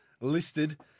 listed